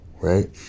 right